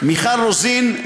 מיכל רוזין,